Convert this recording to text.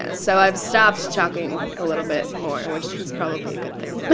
ah so i've stopped talking a little bit more, and which is probably a good thing but